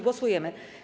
Głosujemy.